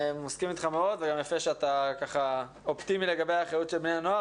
אני מסכים אתך מאוד וזה יפה שאתה אופטימי לגבי האחריות של בני הנוער.